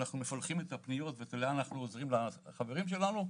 ואנחנו מפלחים את הפניות ולאן אנחנו עוזרים לחברים שלנו.